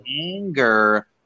anger